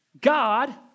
God